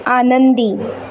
आनंदी